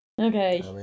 okay